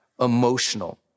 emotional